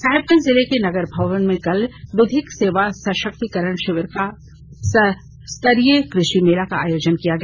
साहिबगंज जिले के नगर भवन में कल विधिक सेवा सशक्तिकरण शिविर सह जिला स्तरीय कृषि मेला का आयोजन किया गया